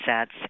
sets